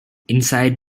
inside